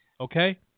okay